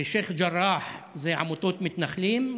בשייח' ג'ראח זה עמותות מתנחלים.